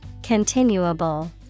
Continuable